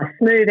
Smooth